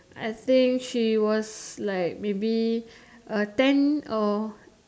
I think she was like maybe uh ten or